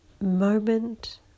moment